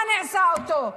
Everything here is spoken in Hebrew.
מה נעשה איתה?